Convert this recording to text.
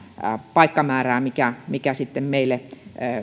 paikkamäärää mikä mikä meille